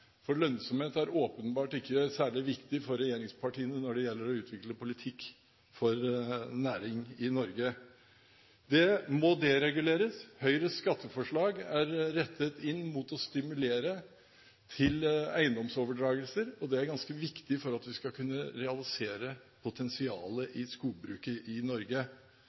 for lønnsomhet er åpenbart ikke særlig viktig for regjeringspartiene når det gjelder å utvikle næringspolitikk i Norge. Det må dereguleres. Høyres skatteforslag er rettet inn mot å stimulere til eiendomsoverdragelser, og det er ganske viktig for at vi skal kunne realisere potensialet til skogbruket i Norge.